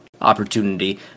opportunity